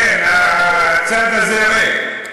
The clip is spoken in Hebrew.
כן, הצד הזה ריק.